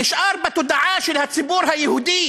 נשאר בתודעה של הציבור היהודי